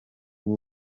bw’u